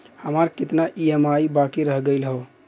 हमार कितना ई ई.एम.आई बाकी रह गइल हौ?